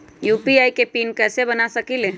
UPI के PIN कैसे बना सकीले?